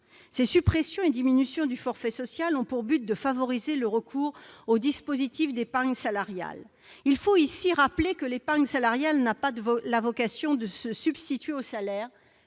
Ces suppressions et diminutions du forfait social ont pour but de favoriser le recours aux dispositifs d'épargne salariale. Il faut rappeler ici que cette épargne n'a pas vocation à se substituer au salaire,